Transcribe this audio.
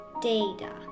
data